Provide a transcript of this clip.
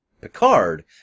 Picard